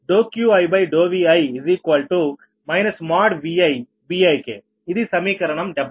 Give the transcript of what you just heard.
ఇది సమీకరణం 72